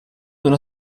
una